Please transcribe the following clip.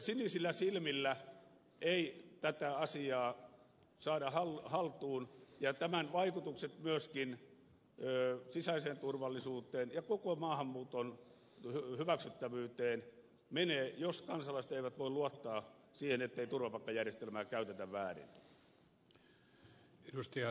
sinisillä silmillä ei tätä asiaa saada haltuun ja tämän vaikutukset myöskin sisäiseen turvallisuuteen ja koko maahanmuuton hyväksyttävyyteen menevät jos kansalaiset eivät voi luottaa siihen ettei turvapaikkajärjestelmää käytetä väärin